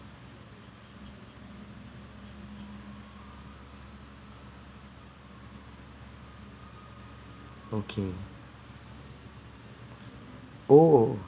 okay oh